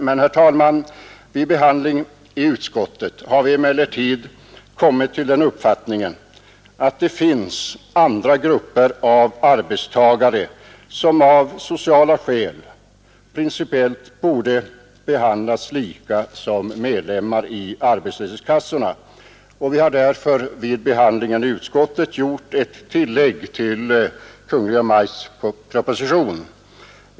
Men vid behandlingen i utskottet kom vi till den uppfattningen att det finns andra grupper arbetstagare som av sociala skäl principiellt borde behandlas likadant som medlemmar i arbetslöshetskassorna, och därför har vi gjort ett tillägg till Kungl. Maj:ts proposition.